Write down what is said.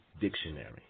Dictionary